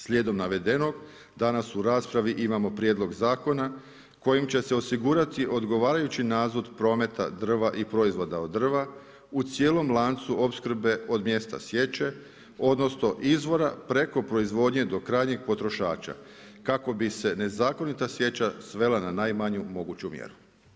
Slijedom navedenog, danas u raspravi imamo prijedlog zakona kojim će se osigurati odgovarajući nadzor prometa drva i proizvoda od drva u cijelom lancu opskrbe od mjesta sječe odnosno izvora preko proizvodnje do krajnjeg potrošača kako bi se nezakonita sjeća svela na najmanju moguću mjeru.